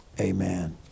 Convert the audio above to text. Amen